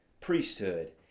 priesthood